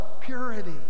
purity